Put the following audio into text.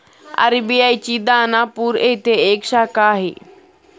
RBI ची दानापूर येथे एक शाखा आहे